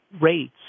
rates